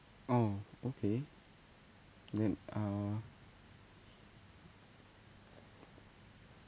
oh okay then uh